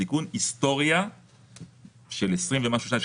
היום המצב קיים על בסיס rulings שניתנים